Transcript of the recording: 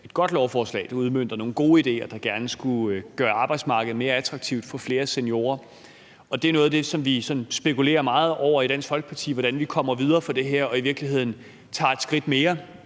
et godt lovforslag. Det udmønter nogle gode idéer, der gerne skulle gøre arbejdsmarkedet mere attraktivt for flere seniorer. Og noget af det, vi spekulerer meget over i Dansk Folkeparti, er, hvordan vi kommer videre fra det her og i virkeligheden tager et skridt mere.